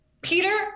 Peter